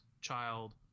child